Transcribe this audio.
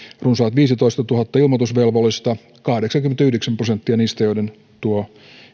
runsaat viisitoistatuhatta ilmoitusvelvollista kahdeksankymmentäyhdeksän prosenttia niistä joiden tuo